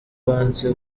banse